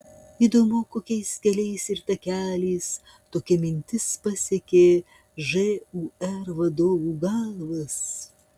įdomu kokiais keliais ir takeliais tokia mintis pasiekė žūr vadovų galvas